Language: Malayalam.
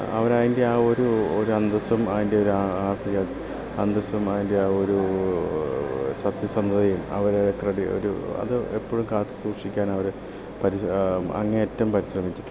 അവരതിൻ്റെ ആ ഒരു ഒരു അന്തസ്സും അതിൻ്റെ ഒരു അന്തസ്സും അതിൻ്റെ ആ ഒരു സത്യസന്ധതയും അവർ ഒരു അത് എപ്പോഴും കാത്തുസൂക്ഷിക്കാൻ അവർ അങ്ങേയറ്റം പരിശ്രമിച്ചിട്ടുണ്ട്